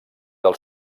del